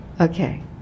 Okay